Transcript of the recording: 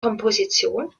komposition